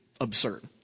Absurd